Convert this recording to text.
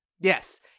Yes